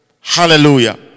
Hallelujah